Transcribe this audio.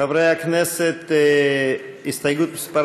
חברי הכנסת, הסתייגות מס'